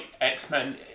X-Men